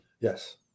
Yes